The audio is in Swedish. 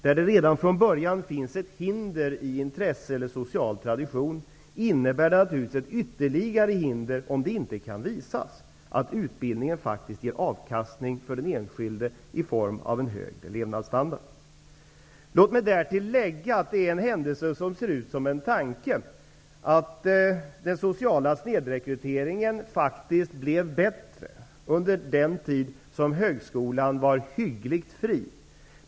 Där det redan från början finns ett hinder i intresse eller social tradition innebär det naturligtvis ett ytterligare hinder om det inte kan visas att utbildningen faktiskt ger avkastning för den enskilde i form av en högre levnadsstandard. Låt mig därtill lägga, att det är en händelse som ser ut som en tanke att den sociala snedrekryteringen faktiskt blev bättre under den tid då högskolan var hyggligt fri.